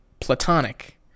platonic